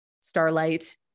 starlight